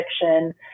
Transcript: fiction